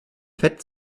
fett